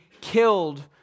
killed